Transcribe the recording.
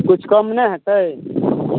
किछु कम नहि हेतै